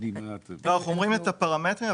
אנחנו אומרים את הפרמטרים,